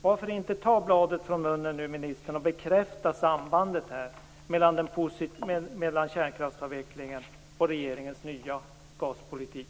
Varför inte ta bladet från munnen nu, ministern, och bekräfta sambandet mellan kärnkraftsavvecklingen och regeringens nya gaspolitik?